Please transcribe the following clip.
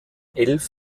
elf